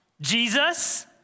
Jesus